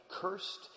cursed